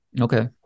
Okay